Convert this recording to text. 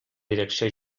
direcció